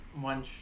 one